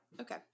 Okay